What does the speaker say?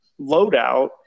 loadout